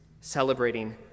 celebrating